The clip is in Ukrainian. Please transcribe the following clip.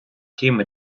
тім